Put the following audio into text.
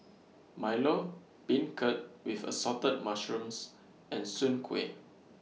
Milo Beancurd with Assorted Mushrooms and Soon Kuih